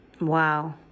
Wow